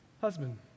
husband